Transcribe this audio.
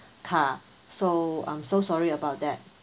car so I'm so sorry about that